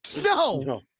No